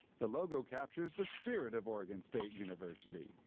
the logo captures the spirit of oregon state university.